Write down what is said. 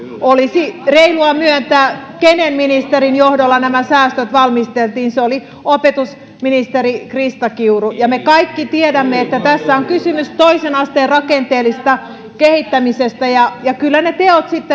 olisi reilua myöntää kenen ministerin johdolla nämä säästöt valmisteltiin se oli opetusministeri krista kiuru me kaikki tiedämme että tässä on kysymys toisen asteen rakenteellisesta kehittämisestä ja ja kyllä ne teot sitten